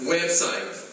Website